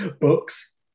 books